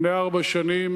לפני ארבע שנים